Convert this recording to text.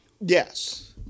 Yes